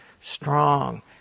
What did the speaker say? strong